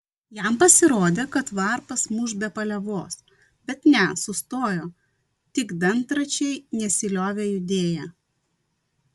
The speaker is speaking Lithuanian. jam pasirodė kad varpas muš be paliovos bet ne sustojo tik dantračiai nesiliovė judėję